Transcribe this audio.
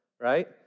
right